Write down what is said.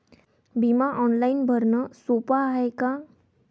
बिमा ऑनलाईन भरनं सोप हाय का?